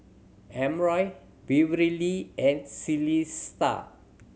Emroy Beverlee and Celesta